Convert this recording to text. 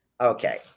Okay